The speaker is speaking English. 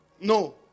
No